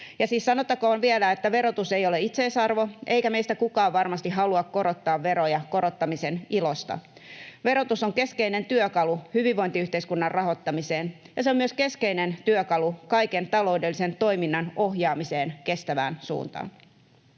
sanottakoon vielä, että verotus ei ole itseisarvo eikä meistä kukaan varmasti halua korottaa veroja korottamisen ilosta. Verotus on keskeinen työkalu hyvinvointiyhteiskunnan rahoittamiseen, ja se on myös keskeinen työkalu kaiken taloudellisen toiminnan ohjaamiseen kestävään suuntaan.